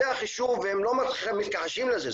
זה החישוב והם לא מתכחשים לזה.